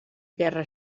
guerra